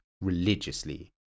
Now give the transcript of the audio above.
religiously